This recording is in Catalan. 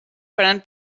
faran